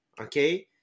okay